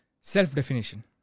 Self-definition